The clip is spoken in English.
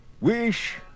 Wish